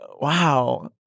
Wow